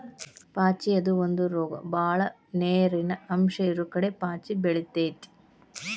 ಪಾಚಿ ಅದು ಒಂದ ರೋಗ ಬಾಳ ನೇರಿನ ಅಂಶ ಇರುಕಡೆ ಪಾಚಿ ಬೆಳಿತೆತಿ